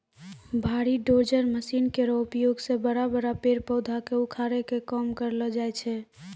भारी dozer machine केरो उपयोग सें बड़ा बड़ा पेड़ पौधा क उखाड़े के काम करलो जाय छै